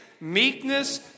meekness